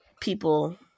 People